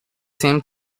same